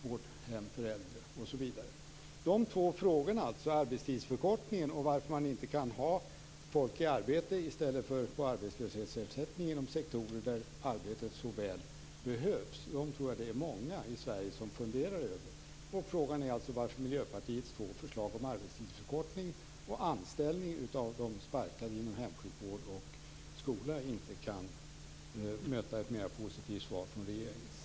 Jag tror att det är många i Sverige som funderar över de här två frågorna, om arbetstidsförkortningen och om varför man inte kan ha folk i arbete i stället för att ge dem arbetslöshetsersättning inom sektorer där arbetsinsatserna så väl behövs. Frågan är varför Miljöpartiets två förslag om arbetstidsförkortning och anställning av de sparkade inom hemsjukvård och skola inte möter ett mera positivt gensvar från regeringspartiet.